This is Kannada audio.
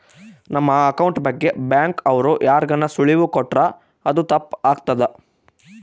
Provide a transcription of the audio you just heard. ನಮ್ ಅಕೌಂಟ್ ಬಗ್ಗೆ ಬ್ಯಾಂಕ್ ಅವ್ರು ಯಾರ್ಗಾನ ಸುಳಿವು ಕೊಟ್ರ ಅದು ತಪ್ ಆಗ್ತದ